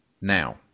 Now